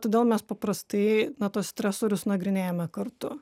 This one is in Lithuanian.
todėl mes paprastai na tuos stresorius nagrinėjame kartu